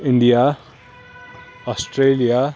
India Australia